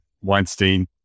Weinstein